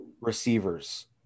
receivers –